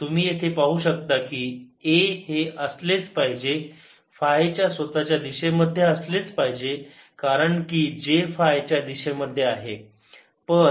तुम्ही येथे पाहू शकता की A हे असलेच पाहिजे फाय च्या स्वतःच्या दिशेमध्ये असलेच पाहिजे कारण की J फाय च्या दिशेमध्ये आहे